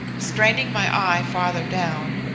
straining my eye farther down,